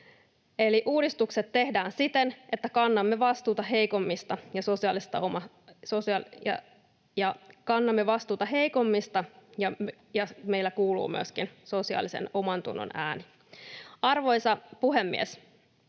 Eli uudistukset tehdään siten, että kannamme vastuuta heikommista ja meillä kuuluu myöskin sosiaalisen omantunnon ääni. Arvoisa puhemies!